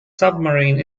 submarine